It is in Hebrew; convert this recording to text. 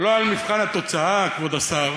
ולא על מבחן התוצאה, כבוד השר,